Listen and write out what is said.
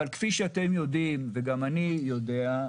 אבל כפי שאתם יודעים וגם אני יודע,